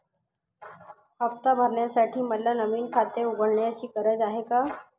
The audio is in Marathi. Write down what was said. हफ्ता भरण्यासाठी मला नवीन खाते उघडण्याची गरज आहे का?